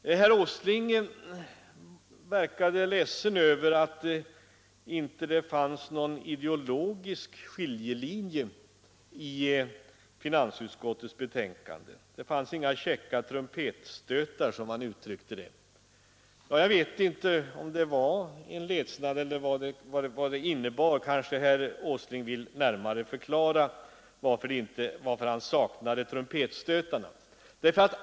Herr Åsling verkade vara ledsen över att det inte fanns någon ideologisk skiljelinje i finansutskottets betänkande — det fanns inga käcka trumpetstötar, som han uttryckte det. Kanske herr Åsling närmare vill förklara varför han saknade trumpetstötarna.